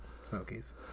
Smokies